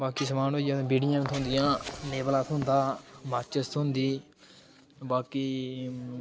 बाकी समान होई गेआ बीड़ियां थ्होंदियां नेवला थ्होंदा माचिस थ्होंदी बाकी